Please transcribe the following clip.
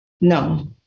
No